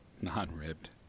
non-ribbed